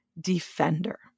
defender